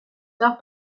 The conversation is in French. tard